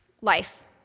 Life